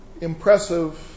impressive